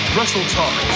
WrestleTalk